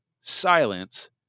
silence